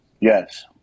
Yes